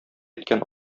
иткән